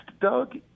Doug